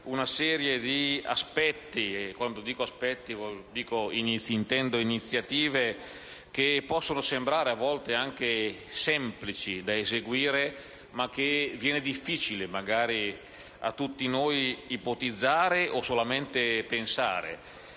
una serie di aspetti e iniziative che possono sembrare, a volte, anche semplici da eseguire, ma che viene difficile magari a tutti noi ipotizzare o solamente pensare.